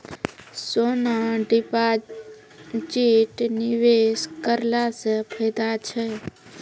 सोना deposit निवेश करला से फैदा छै?